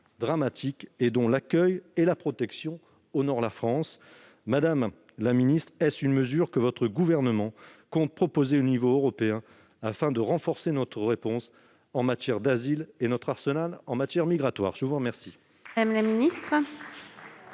dramatiques et dont l'accueil et la protection honorent la France. Madame la ministre, est-ce une mesure que le Gouvernement auquel vous appartenez compte proposer à l'échelon européen afin de renforcer notre réponse en matière d'asile et notre arsenal en matière migratoire ? La parole est à Mme la ministre